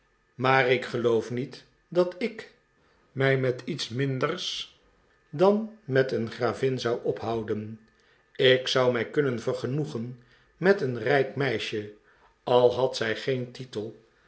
maar ik geloof niet dat ik mij met iets minder dan met een gravin zou ophouden ik zou mij kunnen vergenoegen met een rijk meisje al had zij geen titel